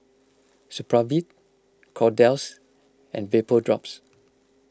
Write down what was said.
Supravit Kordel's and Vapodrops